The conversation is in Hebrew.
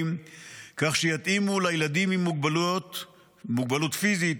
כך שיתאימו לילדים עם מוגבלות פיזית,